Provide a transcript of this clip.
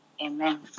Amen